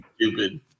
stupid